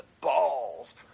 balls